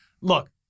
look